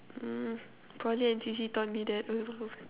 mm prolly and C_C taught me that